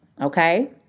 Okay